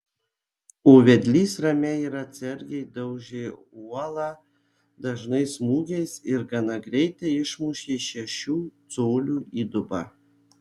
o vedlys ramiai ir atsargiai daužė uolą dažnais smūgiais ir gana greitai išmušė šešių colių įdubą